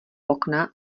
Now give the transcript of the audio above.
okna